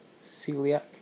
celiac